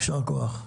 יישר כוח.